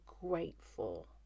grateful